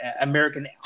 American